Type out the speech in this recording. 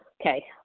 Okay